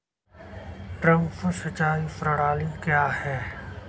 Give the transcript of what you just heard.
Drip सिंचाई प्रणाली क्या है?